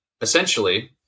essentially